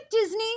disney